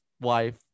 wife